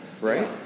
right